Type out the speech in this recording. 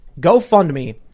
GoFundMe